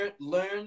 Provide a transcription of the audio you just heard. learn